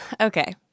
okay